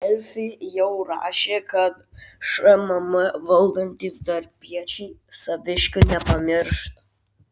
delfi jau rašė kad šmm valdantys darbiečiai saviškių nepamiršta